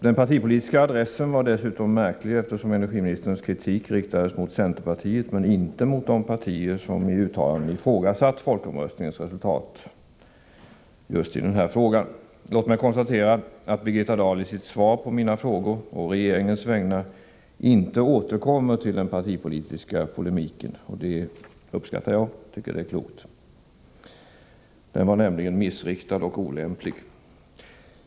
Den partipolitiska adressen var dessutom märklig, eftersom energiministern riktade sin kritik mot centerpartiet men inte mot de partier som i uttalanden ifrågasatt folkomröstningens resultat just i den här frågan. Låt mig konstatera att Birgitta Dahl i sitt svar på mina frågor å regeringens vägnar inte återkommer till den partipolitiska polemiken. Det uppskattar jag och tycker är klokt; den var nämligen missriktad och olämplig.